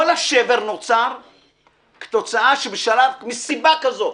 כל השבר נוצר כתוצאה מסיבה כזו,